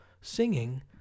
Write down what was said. singing